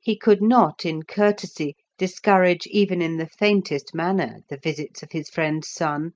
he could not in courtesy discourage even in the faintest manner the visits of his friend's son